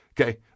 Okay